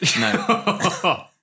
No